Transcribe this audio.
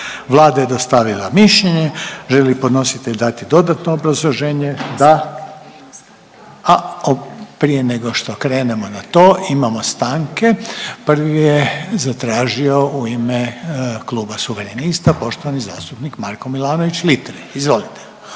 Vlada je dostavila mišljenje. Želi li podnositelj dati dodatno obrazloženje? Da. A prije nego što krenemo na to imamo stanke, prvi je zatražio u ime Kluba Suverenista poštovani zastupnik Marko Milanović Litre, izvolite.